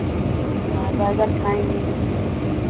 हाँ बर्गर खाएँगे